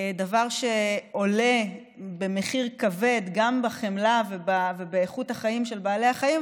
דבר שעולה במחיר כבד גם בחמלה ובאיכות החיים של בעלי החיים,